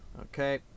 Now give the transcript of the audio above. Okay